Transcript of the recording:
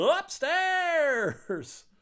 upstairs